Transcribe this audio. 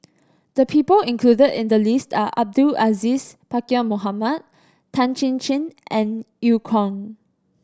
the people included in the list are Abdul Aziz Pakkeer Mohamed Tan Chin Chin and Eu Kong